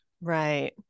right